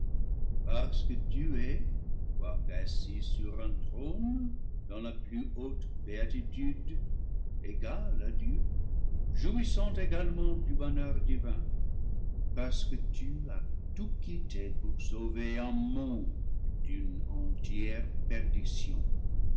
parce que tu es quoique assis sur un trône dans la plus haute béatitude égal à dieu jouis sant également du bonheur divin parce que tu as tout quitté pour sauver un monde d'une entière perdition